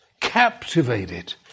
captivated